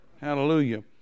Hallelujah